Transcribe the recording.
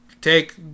take